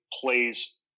plays